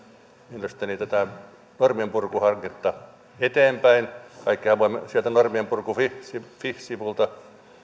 tätä normien purkuhanketta kaikkihan voimme sieltä norminpurku fi sivulta